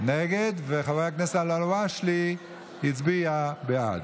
נגד וחבר הכנסת אלהואשלה הצביע בעד.